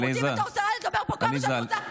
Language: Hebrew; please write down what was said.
זו זכותי בתור שרה לדבר פה כמה שאני רוצה.